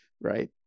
right